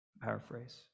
paraphrase